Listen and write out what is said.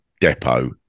depot